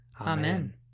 Amen